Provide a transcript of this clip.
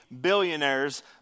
billionaires